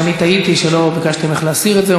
שאני טעיתי שלא ביקשתי ממך להסיר את זה.